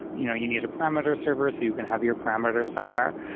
you know you need a parameter server so you can have your parameter somewhere,